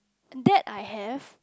and that I have